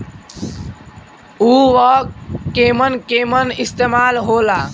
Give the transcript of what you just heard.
उव केमन केमन इस्तेमाल हो ला?